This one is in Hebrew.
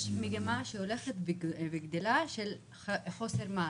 יש מגמה הולכת וגדלה של חוסר מעש,